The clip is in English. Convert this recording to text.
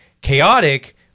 chaotic